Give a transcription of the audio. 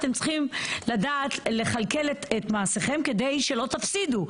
אתם צריכים לדעת לכלכל את מעשיכם כדי שלא תפסידו.